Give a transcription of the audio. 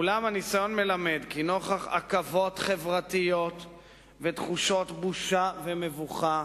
אולם הניסיון מלמד כי נוכח עכבות חברתיות ותחושות בושה ומבוכה,